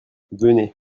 venez